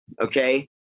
okay